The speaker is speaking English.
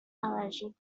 allergic